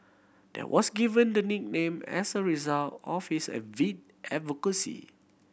there was given the nickname as a result of his avid advocacy